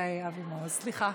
סליחה.